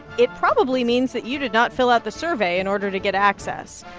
it probably means that you did not fill out the survey in order to get access.